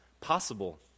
possible